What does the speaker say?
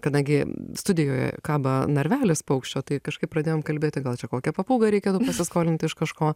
kadangi studijoje kaba narvelis paukščio tai kažkaip pradėjom kalbėti gal čia kokią papūgą reikėtų pasiskolinti iš kažko